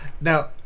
Now